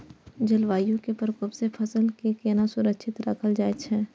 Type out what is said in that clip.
जलवायु के प्रकोप से फसल के केना सुरक्षित राखल जाय छै?